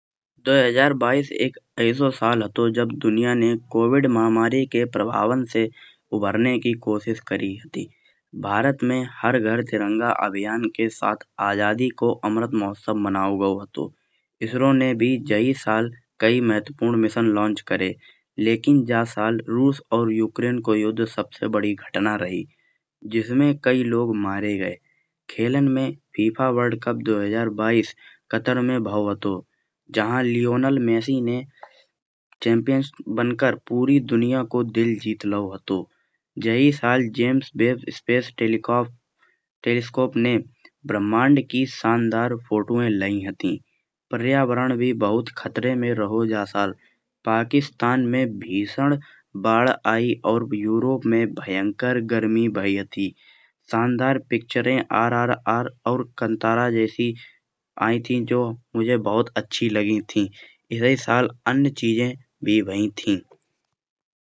दो हजार बाईस एक ऐसो साल हतो जब दुनिया ने कोविड महामारी के प्रभावन से उभरने की कोशिश करी हती। भारत में हर घर तिरंगा अभियान के साथ आजादी को अमृत मोहत्सव मनाओ गाओ हतो। इसरो ने जाई साल कई महत्वपूर्ण मिशन लॉन्च करे। लेकिन जा साल रूस और यूक्रेन को युद्ध सबसे बड़ी घटना रही जिसमें कई लोग मारे गए। खेलान में फीफा वर्ल्ड कप दो हजार बाईस कतर में भाओ हतो जहां लेयोनल मेस्सी ने चैंपियंस बन कर पूरी दुनिया को दिल जीत लाओ हतो। जेही साल जेम्स बेफ स्पेस टेलीस्कोप ने ब्रह्मांड की शानदार फोटो लाई हती। पर्यावरण भी बहुत खत्रे में रहो जा साल पाकिस्तान में भीसाध बाढ़ आई और यूरोप में भयंकर गर्मी भाई हती। शानदार पिक्चरइन ट्रिपल आर और कांतारा जैसी आई थी। जो मुझे बहुत अच्छी लगी थी इसी साल अन्य चीजे भी भाई थी।